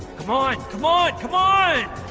come on come on come on